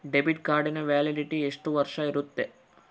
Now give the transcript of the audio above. Debit ಕಾರ್ಡಿನ validity ಎಷ್ಟು ವರ್ಷ ಇರುತ್ತೆ?